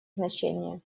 значение